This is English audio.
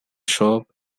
shop